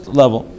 level